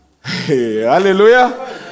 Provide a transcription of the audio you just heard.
hallelujah